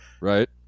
Right